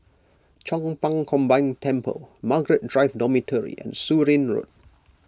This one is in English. Chong Pang Combined Temple Margaret Drive Dormitory and Surin Road